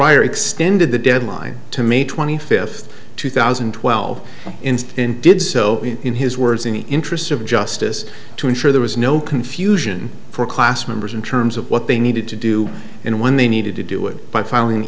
pryor extended the deadline to may twenty fifth two thousand and twelve instant did so in his words in the interests of justice to ensure there was no confusion for class members in terms of what they needed to do and when they needed to do it by filing